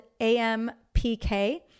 AMPK